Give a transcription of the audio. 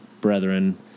brethren